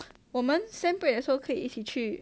我们 sem break 的时候可以一起去